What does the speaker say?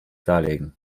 darlegen